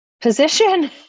position